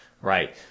right